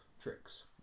tricks